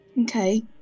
Okay